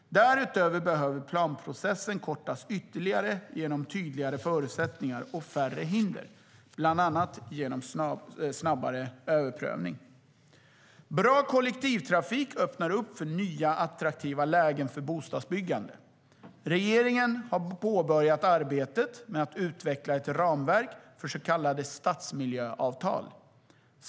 Därutöver behöver planprocessen kortas ytterligare genom tydligare förutsättningar och färre hinder, bland annat genom snabbare överprövning. Bra kollektivtrafik öppnar för nya, attraktiva lägen för bostadsbyggande. Regeringen har påbörjat arbetet med att utveckla ett ramverk för så kallade stadsmiljöavtal.